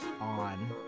on